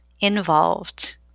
involved